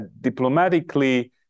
diplomatically